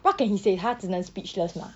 what can he say 他只能 speechless mah